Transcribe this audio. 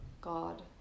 God